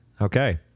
okay